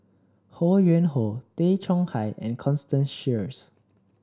Ho Yuen Hoe Tay Chong Hai and Constance Sheares